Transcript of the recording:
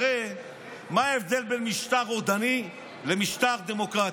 הרי מה ההבדל בין משטר רודני למשטר דמוקרטי?